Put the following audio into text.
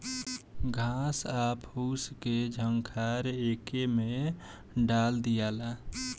घास आ फूस के झंखार एके में डाल दियाला